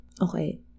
Okay